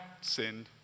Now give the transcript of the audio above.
sinned